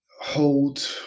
hold